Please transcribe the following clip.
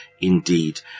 indeed